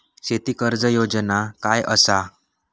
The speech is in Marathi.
शेती कर्ज योजना काय असा?